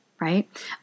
right